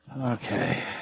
Okay